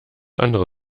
andere